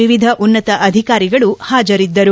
ವಿವಿಧ ಉನ್ನತ ಅಧಿಕಾರಿಗಳು ಹಾಜರಿದ್ದರು